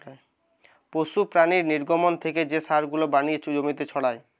পশু প্রাণীর নির্গমন থেকে যে সার গুলা বানিয়ে জমিতে ছড়ায়